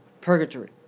purgatory